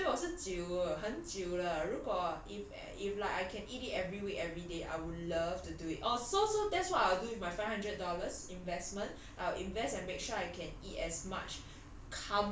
是久久对我是久 uh 很久了如果 if if like I can eat it every week every day I would love to do it oh so so that's what I'll do with my five hundred dollars investment I'll invest and make sure I can eat as much